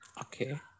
Okay